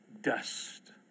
dust